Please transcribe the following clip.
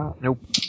Nope